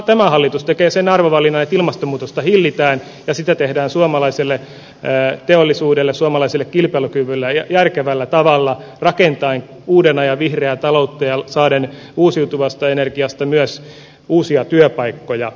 tämä hallitus tekee sen arvovalinnan että ilmastonmuutosta hillitään ja sitä tehdään suomalaiselle teollisuudelle suomalaiselle kilpailukyvylle järkevällä tavalla rakentaen uuden ajan vihreää taloutta ja saaden uusiutuvasta energiasta myös uusia työpaikkoja